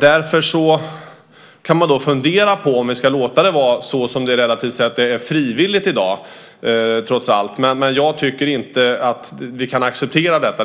Därför kan man fundera på om man ska låta det vara som det är i dag, relativt sett frivilligt trots allt. Men jag tycker inte att vi kan acceptera detta.